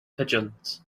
pigeons